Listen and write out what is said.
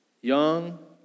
young